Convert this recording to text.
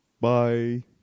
Bye